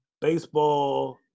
baseball